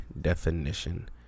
definition